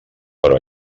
però